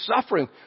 suffering